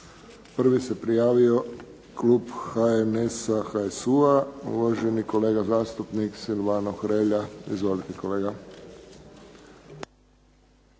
Prvi se prijavio klub HNS-HSU-a, uvaženi kolega zastupnik Silvano Hrelja. Izvolite kolega.